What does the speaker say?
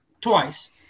twice